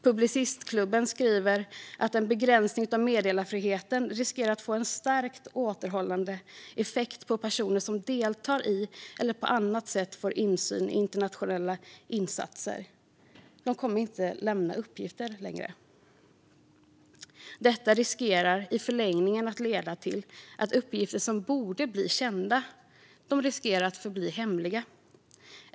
Publicistklubben skriver att en begränsning av meddelarfriheten riskerar att få en starkt återhållande effekt på personer som deltar i eller på annat sätt får insyn i internationella insatser; de kommer inte längre att lämna uppgifter. Detta riskerar i förlängningen att leda till att uppgifter som borde bli kända riskerar att förbli hemliga.